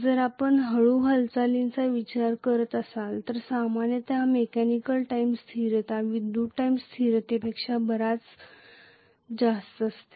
जर आपण हळू हालचालीचा विचार करीत असाल तर सामान्यत मेकॅनिकल टाइम स्थिरता विद्युत टाइम स्थिरपेक्षा बर्याच जास्त असते